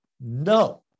No